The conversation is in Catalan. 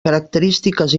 característiques